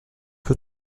peu